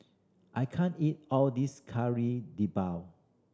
I can't eat all of this Kari Debal